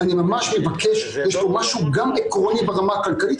אני הבנתי ממנהלי בתי חולים שדיברו אתי,